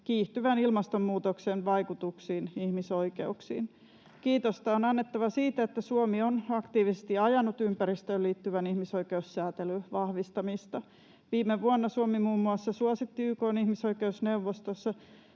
kiihtyvän ilmastonmuutoksen vaikutuksiin ihmisoikeuksiin. Kiitosta on annettava siitä, että Suomi on aktiivisesti ajanut ympäristöön liittyvän ihmisoikeussäätelyn vahvistamista. Viime vuonna Suomi muun muassa suositti YK:n ihmisoikeusneuvoston